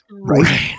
right